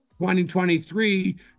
2023